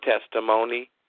testimony